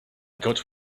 got